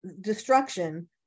destruction